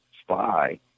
spy